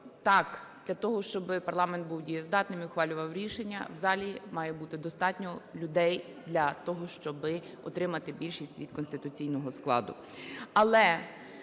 так, для того, щоби парламент був дієздатним і ухвалював рішення, в залі має бути достатньо людей для того, щоби отримати більшість від конституційного складу.